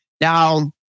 Now